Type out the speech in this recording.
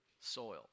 soil